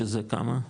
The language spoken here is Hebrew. שזה כמה?